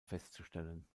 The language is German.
festzustellen